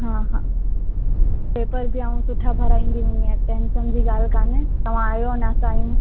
हा हा पेपर बि आउं सुठा भराए ॾींदी अहियां टेंशन जी ॻाल्हि कान्हे तव्हां आहियो अने असां आहियूं